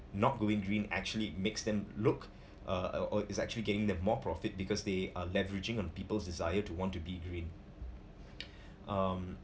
not going green actually makes them look uh or it's actually getting them more profit because they are leveraging on people's desire to want to be green um